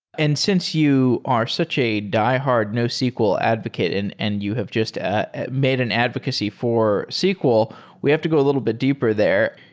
and since you are such a diehard nosql advocate and and you you have just made an advocacy for sql, we have to go a little bit deeper there.